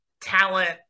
talent